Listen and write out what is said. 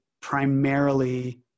primarily